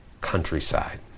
countryside